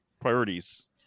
priorities